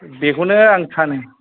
बेखौनो आं सानो